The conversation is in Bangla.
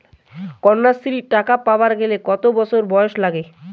কন্যাশ্রী টাকা পাবার গেলে কতো বছর বয়স লাগে?